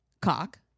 cock